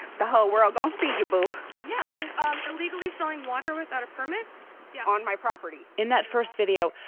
the whole world um unfeasible yeah and illegally selling water without a permit yeah on my property in that first video,